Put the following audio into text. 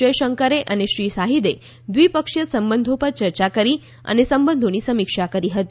જયશંકરે અને શ્રી શાહિદે દ્વિપક્ષીય સંબંધો પર યર્યા કરી અને સંબંઘોની સમીક્ષા કરી હતી